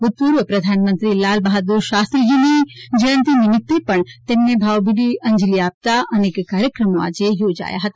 ભૂતપૂર્વ પ્રધાનમંત્રી લાલબહાદ્વર શાસ્ત્રીજીની જયંતી નિમિત્તે પણ તેમને ભાવભીની અંજલી આપતા કાર્યક્રમો યોજાયા હતા